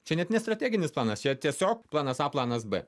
čia net ne strateginis planas čia tiesiog planas a planas b